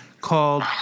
called